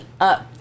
up